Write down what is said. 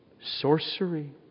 sorcery